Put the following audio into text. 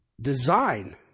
design